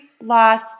loss